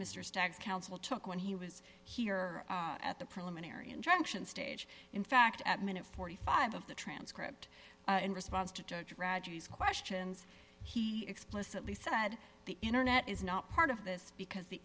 mr stack's council took when he was here at the preliminary injunction stage in fact at minute forty five of the transcript in response to judge graduates questions he explicitly said the internet is not part of this because the